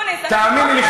תאמיני לי,